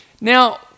Now